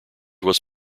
was